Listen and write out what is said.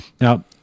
Now